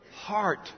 heart